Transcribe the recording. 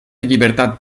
llibertat